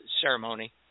ceremony